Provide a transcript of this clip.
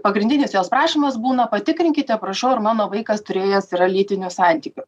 pagrindinis jos prašymas būna patikrinkite prašau ar mano vaikas turėjęs yra lytinių santykių